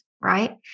right